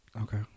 Okay